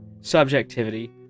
subjectivity